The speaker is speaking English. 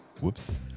Whoops